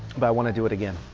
but i want to do it again,